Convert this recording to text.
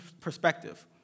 perspective